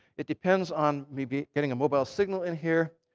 it depends on maybe getting a mobile signal in here.